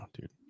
dude